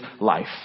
life